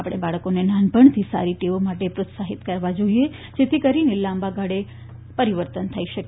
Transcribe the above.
આપણે બાળકોને નાનપણથી સારી ટેવો માટે પ્રોત્સાહિત કરવા જાઈએ જેથી કરીને લાંબા ગાળે પરિવર્તન થઈ શકે